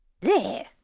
There